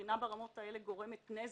שקרינה ברמות האלה גורמת נזק?